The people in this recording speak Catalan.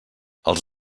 els